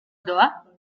doa